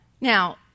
Now